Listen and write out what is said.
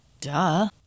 Duh